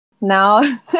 now